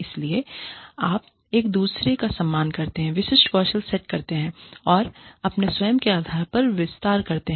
इसलिए आप एक दूसरे का सम्मान करते हैं विशिष्ट कौशल सेट करते हैं और अपने स्वयं के आधार का विस्तार करते हैं